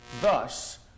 thus